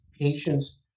patients